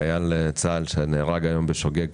חייל צה"ל שנהרג היום בשוגג